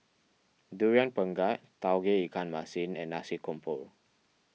Durian Pengat Tauge Ikan Masin and Nasi Campur